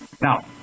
Now